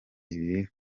ibiri